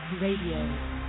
Radio